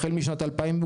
החל משנת 2019,